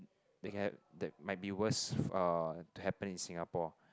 that might be worst uh to happen in Singapore